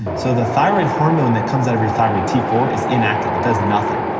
so the thyroid hormone that comes out of your thyroid, t four, is inactive, it does nothing.